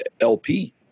LP